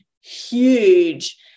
huge